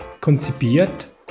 konzipiert